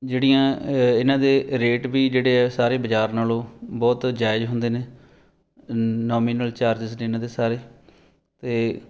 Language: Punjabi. ਜਿਹੜੀਆਂ ਇਹਨਾਂ ਦੇ ਰੇਟ ਵੀ ਜਿਹੜੇ ਹੈ ਸਾਰੇ ਬਾਜ਼ਾਰ ਨਾਲੋਂ ਬਹੁਤ ਜਾਇਜ਼ ਹੁੰਦੇ ਨੇ ਨੋਮੀਨਲ ਚਾਰਜ਼ਸ ਨੇ ਇਹਨਾਂ ਦੇ ਸਾਰੇ ਅਤੇ